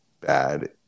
bad